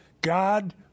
God